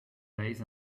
lays